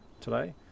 today